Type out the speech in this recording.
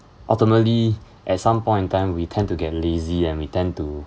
ultimately at some point in time we tend to get lazy and we tend to